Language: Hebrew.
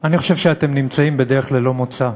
אני חושב שאתם נמצאים בדרך ללא מוצא.